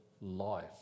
life